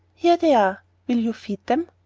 here they are will you feed them?